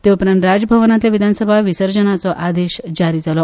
ते उपरांत राजभवनांतल्यान विधानसभा विसर्जनाचो आदेश जारी जालो